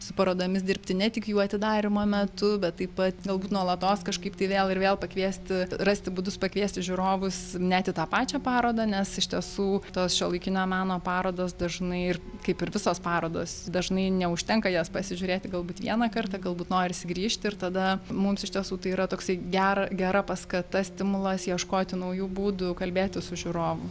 su parodomis dirbti ne tik jų atidarymo metu bet taip pat galbūt nuolatos kažkaip tai vėl ir vėl pakviesti rasti būdus pakviesti žiūrovus net į tą pačią parodą nes iš tiesų tos šiuolaikinio meno parodos dažnai ir kaip ir visos parodos dažnai neužtenka jas pasižiūrėti galbūt vieną kartą galbūt norisi grįžti ir tada mums iš tiesų tai yra toksai gera gera paskata stimulas ieškoti naujų būdų kalbėtis su žiūrovu